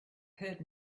heard